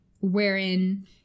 wherein